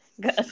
good